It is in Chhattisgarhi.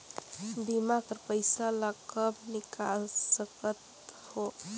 बीमा कर पइसा ला कब निकाल सकत हो?